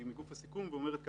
מגוף הסיכום, שאומרת ככה"